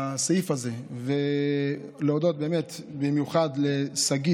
הסעיף הזה, אני רוצה להודות פה באמת במיוחד לשגית,